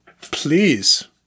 Please